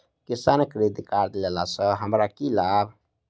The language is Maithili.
किसान क्रेडिट कार्ड लेला सऽ हमरा की लाभ?